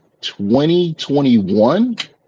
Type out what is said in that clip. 2021